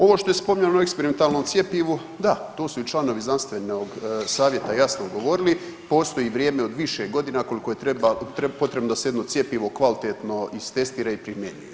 Ovo što je spominjano o eksperimentalnom cjepivu, da to su i članovi znanstvenog savjeta jasno govorili postoji vrijeme od više godina koliko i treba, potrebno da se jedno cjepivo kvalitetno istestira i primjeni.